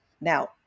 Now